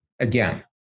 Again